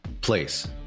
place